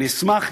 אני אשמח,